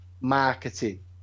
marketing